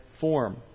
form